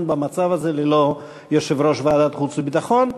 במצב הזה ללא יושב-ראש ועדת חוץ וביטחון,